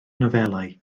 nofelau